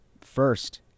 first